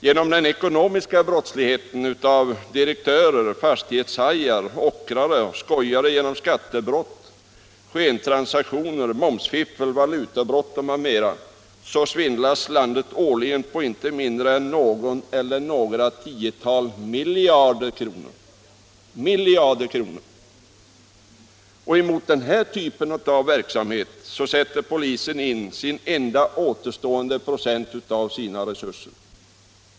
Genom den ekonomiska brottslighet som bedrivs av direktörer, fastighetshajar, ockrare och andra skojare genom skattebrott, skentransaktioner, momsfiffel, valutabrott m.m. svindlas landet årligen på inte mindre än något eller några tiotal miljarder kronor, och mot den typen av verksamhet sätter polisen in sin enda återstående procent av resurserna.